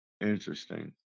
Interesting